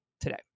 today